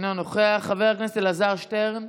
אינו נוכח, חבר הכנסת אלעזר שטרן,